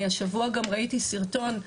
אני השבוע גם ראיתי סרטון,